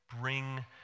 bring